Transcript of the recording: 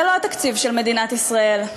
זה לא תקציב של מדינת ישראל.